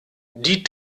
die